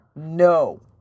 No